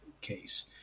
case